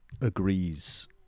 agrees